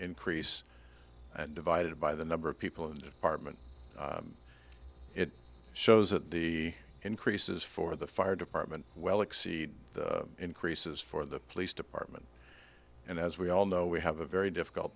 increase and divided by the number of people and hartman it shows that the increases for the fire department well exceed increases for the police department and as we all know we have a very difficult